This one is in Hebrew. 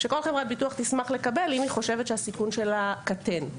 כל חברת ביטוח תשמח לקבל אם היא חושבת שהסיכון שלה קטן.